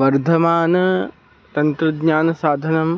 वर्धमानतन्त्रज्ञानसाधनं